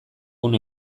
une